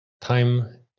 time